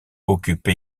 occupe